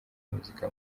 muzika